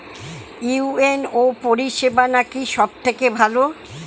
UNO পরিসেবা নাকি সব থেকে ভালো?